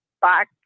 back